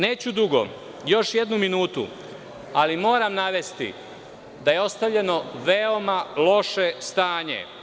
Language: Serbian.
Neću dugo, još jednu minutu, ali moram navesti da je ostavljeno veoma loše stanje.